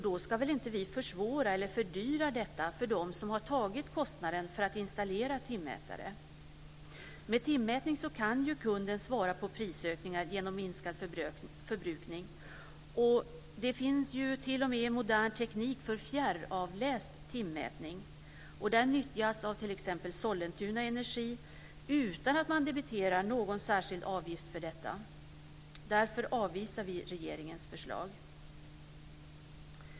Då ska väl inte vi försvåra eller fördyra detta för dem som har tagit kostnaden för att installera timmätare? Med timmätning kan ju kunden svara på prisökningar genom minskad förbrukning. Det finns t.o.m. modern teknik för fjärravläst timmätning. Den nyttjas av t.ex. Sollentuna Energi utan att man debiterar någon särskild avgift för detta. Därför avvisar vi regeringens förslag.